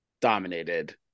dominated